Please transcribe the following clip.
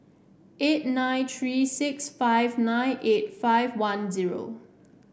eight nine three six five nine eight five one zero